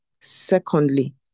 secondly